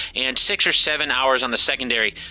and six or seven hours on the secondary.